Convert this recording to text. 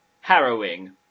harrowing